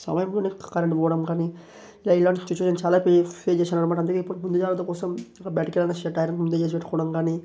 సమయంలోనే కరెంట్ పోవడం కాని ఇలా ఇలాంటి సిచుఎషన్స్ చాలా పే ఫెస్ చేశానన్నమాట అందుకే ఇపుడు ముందు జాగ్రత్త కోసం బయటకెళ్ళినా షర్ట్ ఐరన్ ముందే చేసిపెట్టుకోవడం కాని